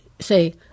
say